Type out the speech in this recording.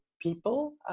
people